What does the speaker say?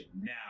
now